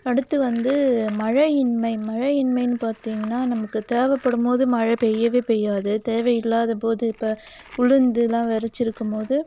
அடுத்து வந்து மழையின்மை மழையின்மைன்னு பார்த்திங்கன்னா நமக்கு தேவைப்படும் போது மழை பெய்யவே பெய்யாது தேவையில்லாத போது இப்போ உளுந்தெலாம் விதச்சிருக்கும் போது